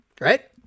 Right